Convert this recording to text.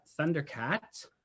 Thundercat